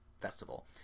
Festival